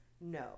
no